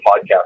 podcast